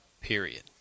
Period